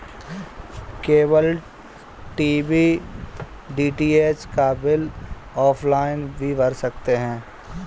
cable TV DTH का bill offline भी भर सकते हैं